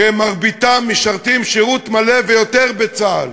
כי מרביתם משרתים שירות מלא ויותר בצה"ל.